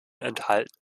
enthalten